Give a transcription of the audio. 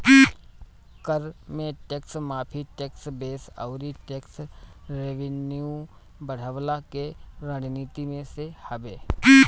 कर में टेक्स माफ़ी, टेक्स बेस अउरी टेक्स रेवन्यू बढ़वला के रणनीति में से हवे